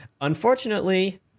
unfortunately